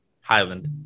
Highland